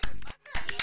מה זה?